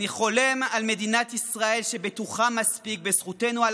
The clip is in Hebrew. אני חולם על מדינת ישראל שבטוחה מספיק בזכותנו על